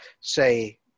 say